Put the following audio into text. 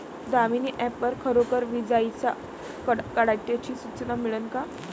Damini app वर खरोखर विजाइच्या कडकडाटाची सूचना मिळन का?